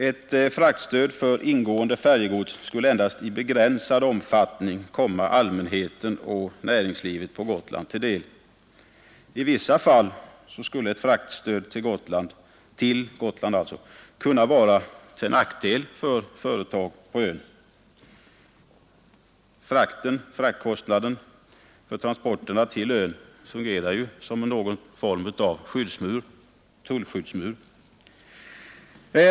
Ett fraktstöd för ingående färjegods skulle endast i begränsad omfattning komma allmänheten och näringslivet på Gotland till del. I vissa fall skulle ett fraktstöd till Gotland kunna vara till nackdel för företag på ön. Fraktkostnaden för transporter till ön fungerar ju som någon form av tullskyddsmur.